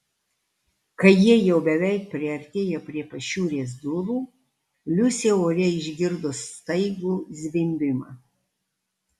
kai jie jau beveik priartėjo prie pašiūrės durų liusė ore išgirdo staigų zvimbimą